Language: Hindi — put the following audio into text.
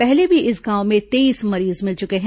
पहले भी इस गांव में तेईस मरीज मिले चुके हैं